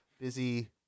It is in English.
busy